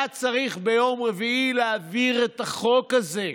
היה צריך ביום רביעי להעביר את החוק הזה.